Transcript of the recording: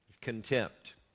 contempt